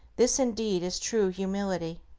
this indeed is true humility.